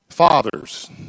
Fathers